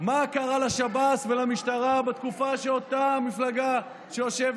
מה קרה לשב"ס ולמשטרה בתקופה שאותה המפלגה שיושבת